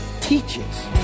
teaches